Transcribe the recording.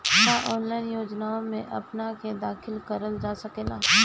का ऑनलाइन योजनाओ में अपना के दाखिल करल जा सकेला?